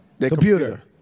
Computer